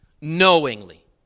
knowingly